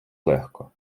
легко